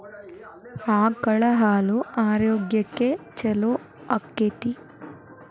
ಆಕಳ ಹಾಲು ಆರೋಗ್ಯಕ್ಕೆ ಛಲೋ ಆಕ್ಕೆತಿ?